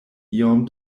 iom